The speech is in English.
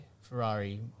Ferrari